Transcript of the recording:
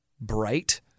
Bright